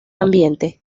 ambiente